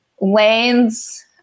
lanes